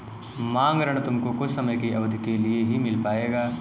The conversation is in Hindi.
मांग ऋण तुमको कुछ समय की अवधी के लिए ही मिल पाएगा